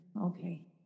okay